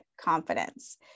confidence